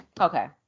Okay